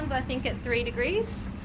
i think, at three degrees,